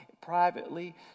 privately